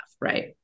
Right